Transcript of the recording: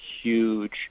huge